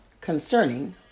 concerning